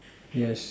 yes